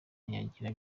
ntiyagira